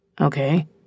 Okay